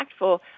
impactful